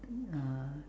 uh